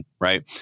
right